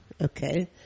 okay